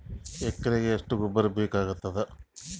ಎಕರೆಗ ಎಷ್ಟು ಗೊಬ್ಬರ ಬೇಕಾಗತಾದ?